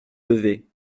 levée